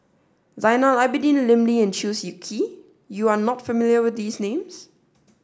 Zainal Abidin Lim Lee and Chew Swee Kee you are not familiar with these names